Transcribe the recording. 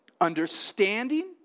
Understanding